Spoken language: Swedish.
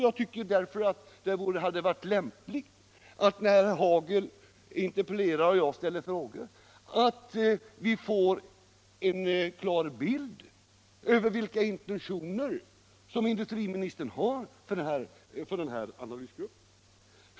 Jag tycker att det hade varit lämpligt, när herr Hagel har interpellerat och jag har ställt en fråga, att vi hade fått en klar bild av vilka intentioner industriministern har för den här analysgruppen.